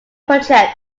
project